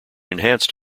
enhanced